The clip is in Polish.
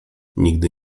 nigdy